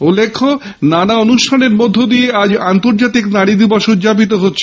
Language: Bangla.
উল্লেখ্য নানা অনুষ্ঠানের মধ্য দিয়ে আজ আন্তর্জাতিক নারী দিবস উদযাপিত হচ্ছে